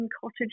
cottage